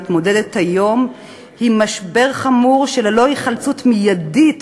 מתמודדת היום עם משבר שללא היחלצות מיידית